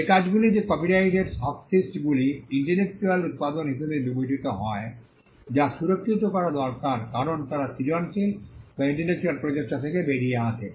যে কাজগুলিতে কপিরাইটের সাবসিস্টগুলি ইন্টেলেকচুয়াল উত্পাদন হিসাবে বিবেচিত হয় যা সুরক্ষিত করা দরকার কারণ তারা সৃজনশীল বা ইন্টেলেকচুয়াল প্রচেষ্টা থেকে বেরিয়ে আসে